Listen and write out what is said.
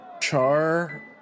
Char